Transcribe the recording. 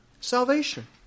salvation